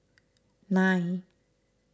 nine